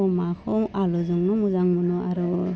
अमाखौ आलुजोंनो मोजां मोनो आरो